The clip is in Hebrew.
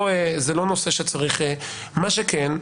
מה שכן,